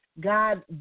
God